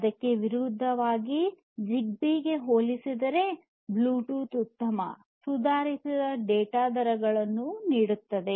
ಇದಕ್ಕೆ ವಿರುದ್ಧವಾಗಿ ಜಿಗ್ಬೀ ಗೆ ಹೋಲಿಸಿದರೆ ಬ್ಲೂಟೂತ್ ಉತ್ತಮ ಸುಧಾರಿತ ಡೇಟಾ ದರಗಳನ್ನು ನೀಡುತ್ತದೆ